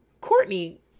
Courtney